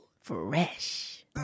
Fresh